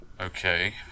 okay